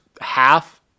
half